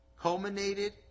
culminated